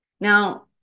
Now